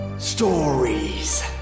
Stories